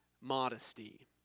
modesty